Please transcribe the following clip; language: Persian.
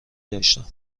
داشتم